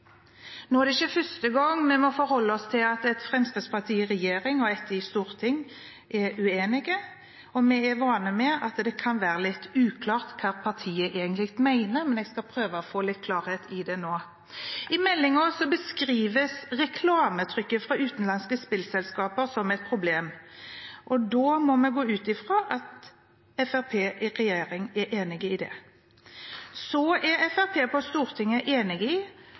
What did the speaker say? Nå er det ikke første gang vi må forholde oss til at Fremskrittspartiet i regjering og Fremskrittspartiet i Stortinget er uenige. Vi er vant til at det kan være litt uklart hva partiet egentlig mener, men jeg skal prøve å få litt klarhet i det nå. I meldingen beskrives reklametrykket fra utenlandske spillselskaper som et problem. Da må vi gå ut fra at Fremskrittspartiet i regjering er enig i det. Er Fremskrittspartiet i Stortinget enig i